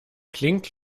klingt